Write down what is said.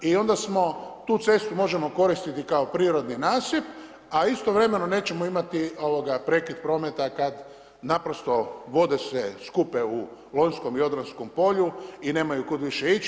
I onda smo, tu cestu možemo koristiti kao prirodni nasip a istovremeno nećemo imati prekid prometa kad naprosto vode se skupe u Lonjskom i Odranskom polju i nemaju kud više ići.